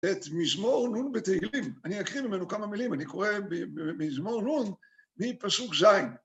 את מזמור נ' בתהילים, אני אקריא ממנו כמה מילים, אני קורא מזמור נ' מפסוק ז'.